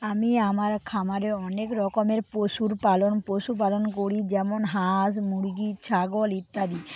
আমি আমার খামারে অনেক রকমের পশুর পালন পশু পালন করি যেমন হাঁস মুরগি ছাগল ইত্যাদি